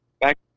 back